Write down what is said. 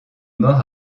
mort